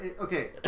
Okay